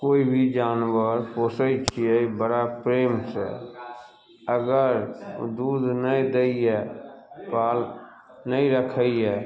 कोइ भी जानवर पोसय छियै बड़ा प्रेमसँ अगर दूध नहि दै पाल नहि रखइए